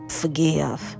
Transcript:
forgive